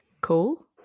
cool